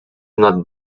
not